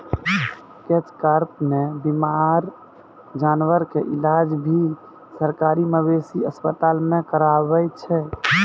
catch कार्प नॅ बीमार जानवर के इलाज भी सरकारी मवेशी अस्पताल मॅ करावै छै